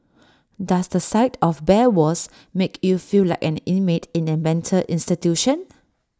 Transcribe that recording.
does the sight of bare walls make you feel like an inmate in A mental institution